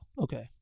okay